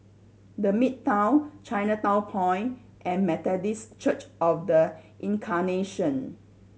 The Midtown Chinatown Point and Methodist Church Of The Incarnation